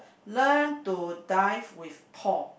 learn to dive with Paul